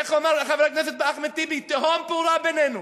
ואיך אמר חבר הכנסת אחמד טיבי, תהום פעורה בינינו.